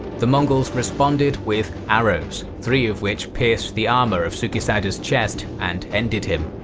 the mongols responded with arrows, three of which pierced the armour of sukesada's chest and ended him.